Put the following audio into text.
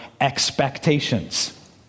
expectations